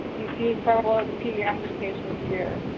you see several ah pediatric patients here.